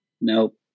Nope